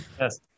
Yes